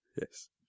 Yes